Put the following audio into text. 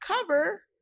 cover